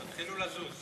תתחילו לזוז.